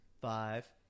Five